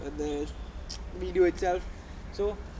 uh the video itself so